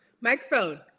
Microphone